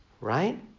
right